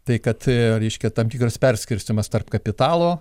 tai kad reiškia tam tikras perskirstymas tarp kapitalo